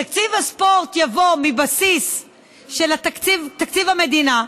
תקציב הספורט יבוא מבסיס תקציב המדינה,